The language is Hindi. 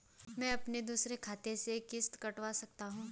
मैं अपने दूसरे खाते से किश्त कटवा सकता हूँ?